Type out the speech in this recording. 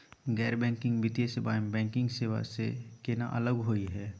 गैर बैंकिंग वित्तीय सेवाएं, बैंकिंग सेवा स केना अलग होई हे?